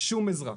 שום עזרה.